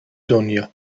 دنیا